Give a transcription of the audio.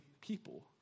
people